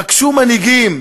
פגשו מנהיגים